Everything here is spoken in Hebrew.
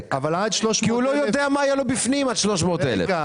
כי הוא לא יודע מה יהיה לו בפנים עד 300,000 שקל.